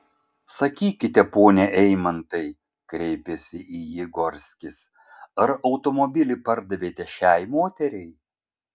sakykite pone eimantai kreipėsi į jį gorskis ar automobilį pardavėte šiai moteriai